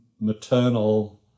maternal